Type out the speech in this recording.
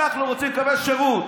אנחנו רוצים לקבל שירות.